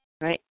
right